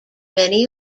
many